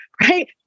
right